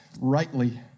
rightly